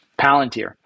Palantir